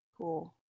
Cool